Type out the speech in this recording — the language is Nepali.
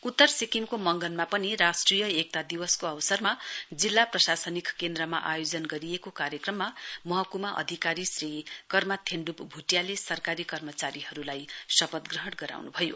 उत्तर सिक्किमको मंगनमा पनि राष्ट्रिय एकता दिवसको अवसरमा जिल्ला प्रशासनिक केन्द्रमा आयोजन गरिएको कार्यक्रममा महकुमा अधिकारी श्री कर्मा थेण्डुप भुटियाले सरकारी कर्मचारीहरुलाई शपथ ग्रहण गराउनु भयो